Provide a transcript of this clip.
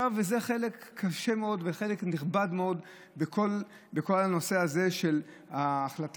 זה חלק קשה מאוד ונכבד מאוד בכל הנושא הזה של ההחלטה.